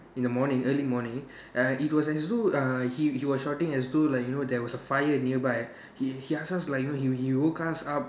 in the morning early morning uh it was as though uh he he was shouting as though like you know there was a fire nearby he he ask us like he he woke us up